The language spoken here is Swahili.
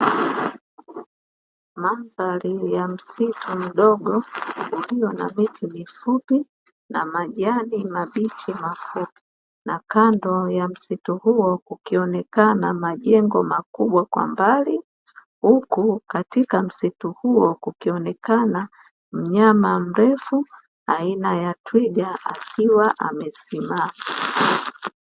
Mandhari ya msitu mdogo ulio na miti mifupi na majani mabichi mafupi na kando ya msitu huo kukionekana majengo makubwa kwa mbali, huku katika msitu huo kukionekana mnyama mrefu aina ya Twiga akiwa amesimama.